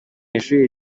ishuri